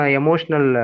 emotional